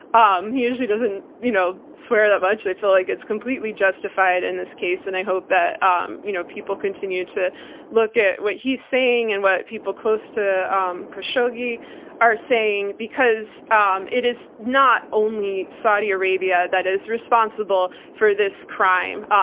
um he usually doesn't you know swear that much. i feel like it's completely justified in this case and i hope that um you know people continue to look at what he's saying and what people close to um khashoggi are saying because um it is not only saudi arabia that is responsible for this crime,